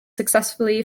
successfully